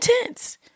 intense